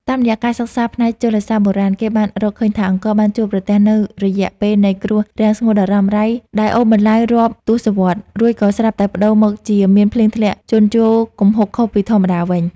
តាមរយៈការសិក្សាផ្នែកជលសាស្ត្របុរាណ គេបានរកឃើញថា អង្គរបានជួបប្រទះនូវរយៈពេលនៃគ្រោះរាំងស្ងួតដ៏រ៉ាំរ៉ៃដែលអូសបន្លាយរាប់ទសវត្សរ៍ រួចក៏ស្រាប់តែប្ដូរមកជាមានភ្លៀងធ្លាក់ជន់ជោរគំហុកខុសពីធម្មតាវិញ។